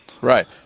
Right